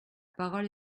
parole